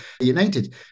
United